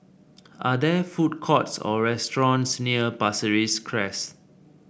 are there food courts or restaurants near Pasir Ris Crest